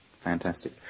Fantastic